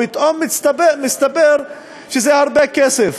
פתאום מסתבר שזה הרבה כסף.